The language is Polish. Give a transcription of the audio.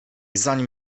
zanim